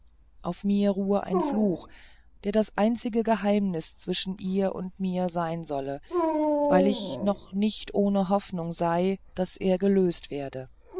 auf mir ruhe ein fluch der das einzige geheimnis zwischen ihr und mir sein solle weil ich noch nicht ohne hoffnung sei daß er gelöst werde